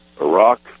Iraq